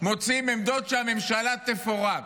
מוצאים עמדות שהממשלה תפורק,